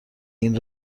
این